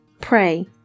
pray